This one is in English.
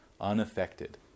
unaffected